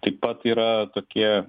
taip pat yra tokie